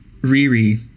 Riri